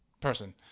person